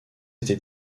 était